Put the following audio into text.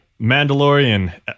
*Mandalorian*